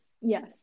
Yes